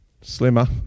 slimmer